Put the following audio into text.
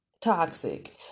Toxic